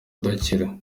udakira